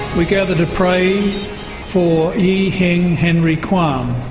we gather to pray for yi heng henry kwan.